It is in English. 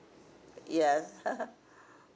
yes